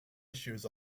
issues